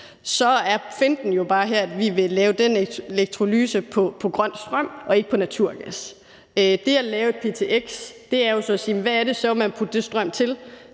Så er finten jo bare her, at vi vil lave den elektrolyse på grøn strøm og ikke på naturgas. Det at lave en ptx hander så om at sige: Hvad er det, man vil putte den strøm til?